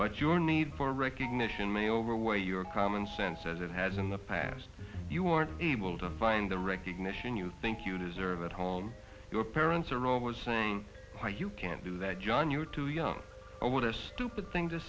but your need for recognition may overweight your common sense as it has in the past you aren't able to find the recognition you think you deserve at home your parents are always saying why you can't do that john you're too young what a stupid thing to